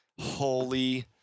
Holy